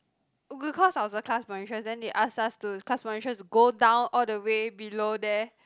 cause I was the class monitress then they ask us to class monitress to go down all the way below there